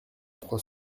trois